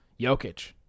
Jokic